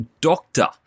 doctor